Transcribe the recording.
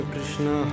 Krishna